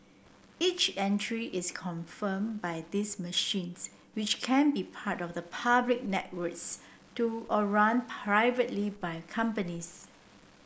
each entry is confirmed by these machines which can be part of the public networks do or run privately by companies